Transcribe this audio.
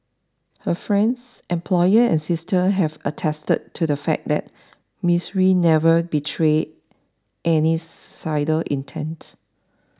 her friends employer and sister have attested to the fact that Miss Rue never betrayed any suicidal intent